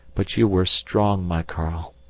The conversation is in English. but you were strong, my karl.